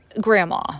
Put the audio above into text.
grandma